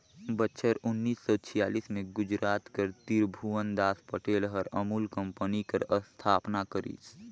बछर उन्नीस सव छियालीस में गुजरात कर तिरभुवनदास पटेल हर अमूल कंपनी कर अस्थापना करिस